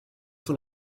von